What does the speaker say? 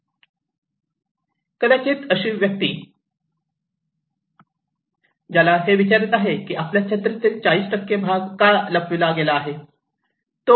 कदाचित अशी एखादी व्यक्ती ज्याला हे विचारत आहे की आपल्या छत्रीतील 40 भाग का लपविला गेला आहे